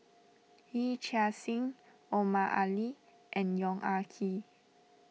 Yee Chia Hsing Omar Ali and Yong Ah Kee